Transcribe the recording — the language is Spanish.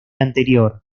anterior